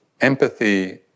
Empathy